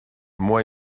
moi